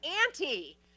auntie